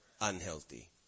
unhealthy